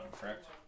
correct